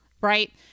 right